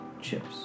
chips